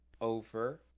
over